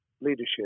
leadership